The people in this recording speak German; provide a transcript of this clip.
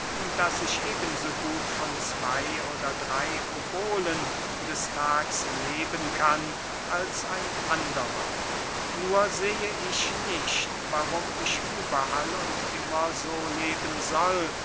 daß ich eben so gut von zwey oder drey obolen des tags leben kann als ein anderer nur sehe ich nicht warum ich überall und immer so leben soll